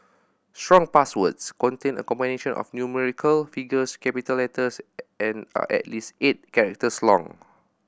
strong passwords contain a combination of numerical figures capital letters and are at least eight characters long